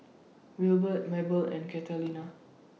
Wilbert Mabell and Catalina